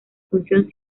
función